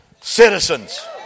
citizens